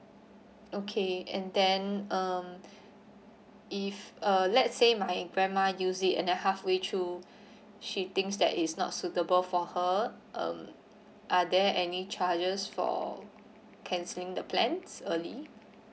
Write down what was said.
okay and then um if uh let say my grandma use it and then halfway through she thinks that it's not suitable for her um are there any charges for cancelling the plans early